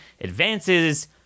advances